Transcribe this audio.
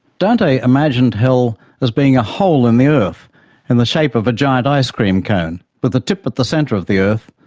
dante imagined hell as being a hole in the earth in and the shape of a giant ice cream cone, with the tip at the centre of the earth,